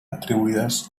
atribuïdes